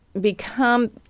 become